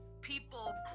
people